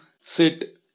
sit